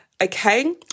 Okay